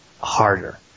harder